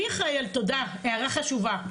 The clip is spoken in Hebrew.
תודה, הערה חשובה.